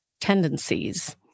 tendencies